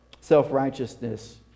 self-righteousness